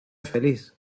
feliz